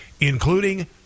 including